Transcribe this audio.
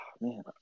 man